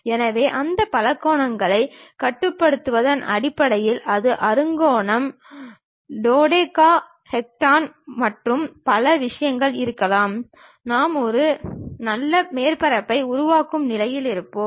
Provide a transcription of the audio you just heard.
எனவே அந்த பலகோணங்களைக் கட்டுப்படுத்துவதன் அடிப்படையில் அது அறுகோணம் டோடெகாஹெட்ரான்கள் மற்றும் பல விஷயங்களாக இருக்கலாம் நாம் ஒரு நல்ல மேற்பரப்பை உருவாக்கும் நிலையில் இருப்போம்